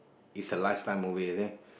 is the last time over here